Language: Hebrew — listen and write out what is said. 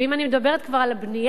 ואם אני מדברת כבר על הבנייה,